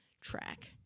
track